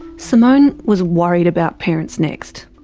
simone was worried about parentsnext.